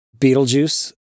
Beetlejuice